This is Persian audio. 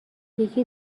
یکی